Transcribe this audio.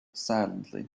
silently